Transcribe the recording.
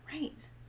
Right